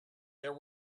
there